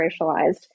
racialized